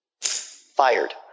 Fired